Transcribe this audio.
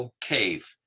cave